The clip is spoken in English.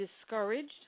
discouraged